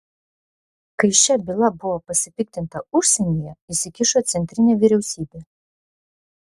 kai šia byla buvo pasipiktinta užsienyje įsikišo centrinė vyriausybė